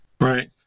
Right